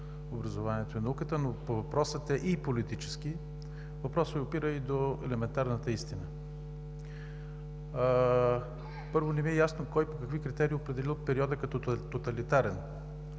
образованието и науката, но въпросът е и политически, въпросът опира и до елементарната истина. Първо, не Ви е ясно кой по какви критерии е определил периодът като „тоталитарен“.